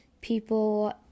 people